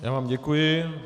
Já vám děkuji.